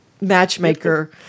matchmaker